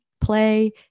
play